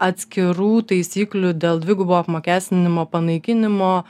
atskirų taisyklių dėl dvigubo apmokestinimo panaikinimo